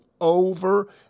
over